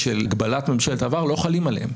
הכוח הזה קיים לבית המשפט שלנו ולא לאף בית משפט אחר בעולם.